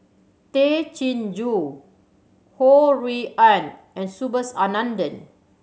Tay Chin Joo Ho Rui An and Subhas Anandan